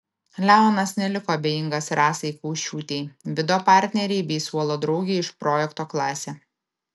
leonas neliko abejingas rasai kaušiūtei vido partnerei bei suolo draugei iš projekto klasė